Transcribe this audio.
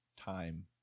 time